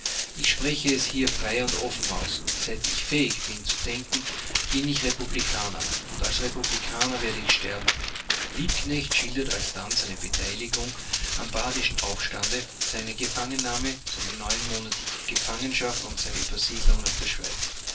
ich spreche es hier frei und offen aus seit ich fähig bin zu denken bin ich republikaner und als republikaner werde ich sterben liebknecht schilderte alsdann seine beteiligung am badischen aufstande seine gefangennahme seine neunmonatige gefangenschaft und seine übersiedelung nach der schweiz